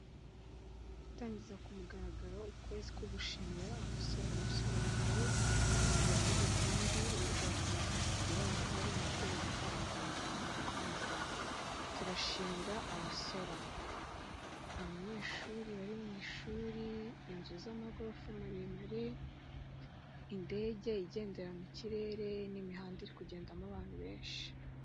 Gutangiza ku mugaragaro ukwezi ko gushimira abasora, umusoro wawe wagize kandi uzakomeza kugira uruhare mu kubaka u Rwanda twifuza, turashimira abasora, abanyeshuri bari mu ishuri, inzu z'amagorofa maremare, indege igendera mu kirere n'imihanda iri kugendamo abantu benshi.